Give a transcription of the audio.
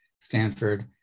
Stanford